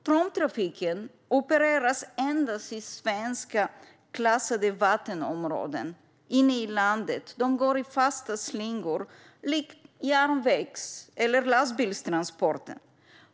Pråmtrafiken opererar endast i svenska vattenområden inne i landet där de går i fasta slingor likt järnvägs eller lastbilstransporter.